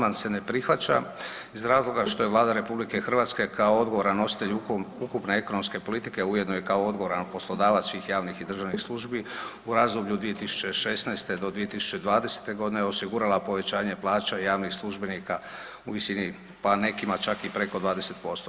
Amandman se ne prihvaća iz razloga što je Vlada RH kao odgovoran nositelj ukupne ekonomske politike ujedno je kao odgovoran poslodavac svih javnih i državnih službi u razdoblju od 2016. do 2020.g. osigurala povećanje plaća javnih službenika u visini, pa nekima čak i preko 20%